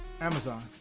Amazon